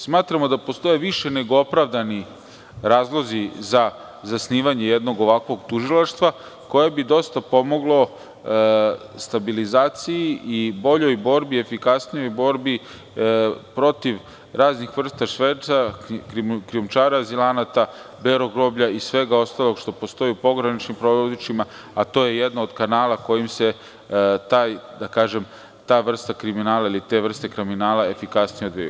Smatramo da postoje više nego opravdani razlozi za zasnivanje jednog ovakvog tužilaštva koje bi dosta pomoglo stabilizaciji i boljoj borbi, odnosno efikasnijoj borbi protiv raznih vrsta šverca, krijumčara, azilanata, belog roblja i svega ostalog što postoji u pograničnim područjima, a to je jedan od kanala kojim se ta vrsta kriminala ili te vrste kriminala efikasnije odvijaju.